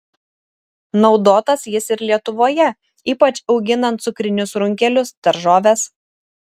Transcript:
naudotas jis ir lietuvoje ypač auginant cukrinius runkelius daržoves